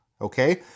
okay